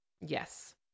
Yes